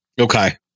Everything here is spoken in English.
Okay